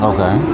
Okay